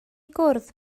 gwrdd